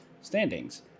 standings